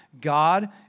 God